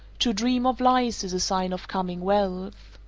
to dream of lice is a sign of coming wealth.